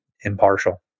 impartial